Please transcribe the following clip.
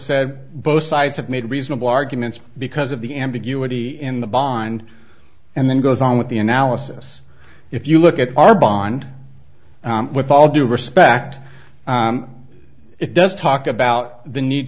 said both sides have made reasonable arguments because of the ambiguity in the bond and then goes on with the analysis if you look at our bond with all due respect it does talk about the need